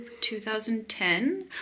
2010